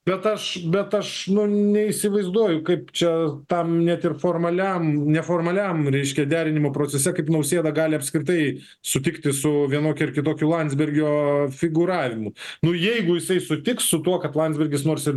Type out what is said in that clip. bet aš bet aš neįsivaizduoju kaip čia tam net ir formaliam neformaliam reiškia derinimo procese kaip nausėda gali apskritai sutikti su vienokiu ar kitokiu landsbergio figūravimu nu jeigu jisai sutiks su tuo kad landsbergis nors ir